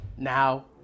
Now